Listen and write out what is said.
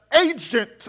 agent